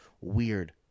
weird